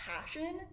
passion